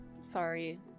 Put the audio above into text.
Sorry